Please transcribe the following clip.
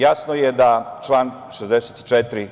Jasno je da član 64.